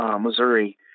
Missouri